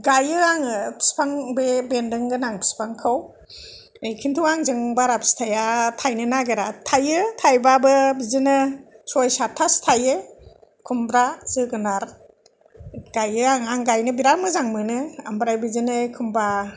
गाययो आङो बिफां बे बेनदों गोनां बिफांखौ खिन्थु आंजों बारा फिथाइया थाइनो नागेरा थाइयो थाइबाबो बिदिनो सय सातथासो थाइयो खुमब्रा जोगोनार गायो आं आं गायनो बेराद मोजां मोनो आमफ्राय बिदिनो एखमबा